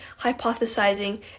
hypothesizing